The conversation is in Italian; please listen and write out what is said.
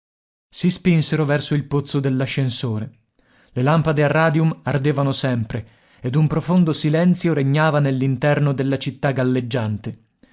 si spinsero verso il pozzo dell'ascensore le lampade a radium ardevano sempre ed un profondo silenzio regnava nell'interno della città galleggiante